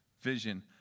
vision